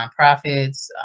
nonprofits